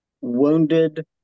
wounded